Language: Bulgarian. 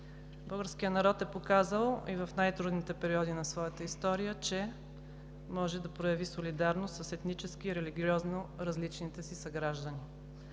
Българският народ е показал и в най-трудните периоди на своята история, че може да прояви солидарност с етнически религиозно различните си съграждани.